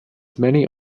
many